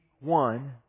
one